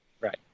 Right